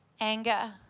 anger